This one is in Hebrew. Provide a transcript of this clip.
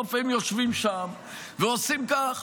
בסוף הם יושבים שם ועושים כך,